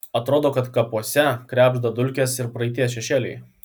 atrodo kad kampuose krebžda dulkės ir praeities šešėliai